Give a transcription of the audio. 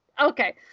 Okay